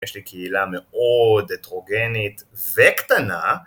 יש לי קהילה מאוד הטרוגנית וקטנה